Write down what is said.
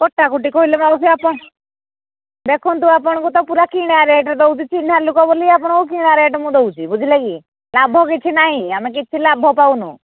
କଟାକୁଟି କହିଲେ ମାଉସୀ ଆପଣ ଦେଖନ୍ତୁ ଆପଣଙ୍କୁ ତ ପୁରା କିଣା ରେଟ୍ ଦେଉଛି ଚିହ୍ନା ଲୋକ ବୋଲି ଆପଣଙ୍କୁ କିଣା ରେଟ୍ ମୁଁ ଦେଉଛି ବୁଝିଲ କିି ଲାଭ କିଛି ନାହିଁ ଆମେ କିଛି ଲାଭ ପାଉନୁ